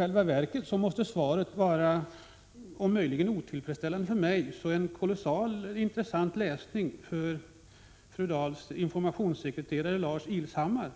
Även om svaret är otillfredsställande för mig så är det en kolossalt intressant läsning för fru Dahls informationssekreterare Lars Ilshammar,